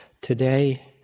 Today